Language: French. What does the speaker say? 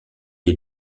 des